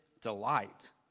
delight